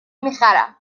میخرم